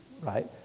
right